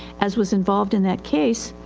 as was involved in that case,